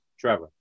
Trevor